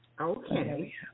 Okay